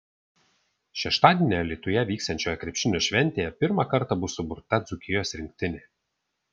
šeštadienį alytuje vyksiančioje krepšinio šventėje pirmą kartą bus suburta dzūkijos rinktinė